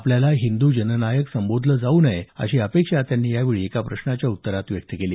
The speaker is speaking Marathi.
आपल्याला हिंद् जननायक संबोधलं जाऊ नये अशी अपेक्षा त्यांनी यावेळी एका प्रश्नाच्या उत्तरात नमूद केली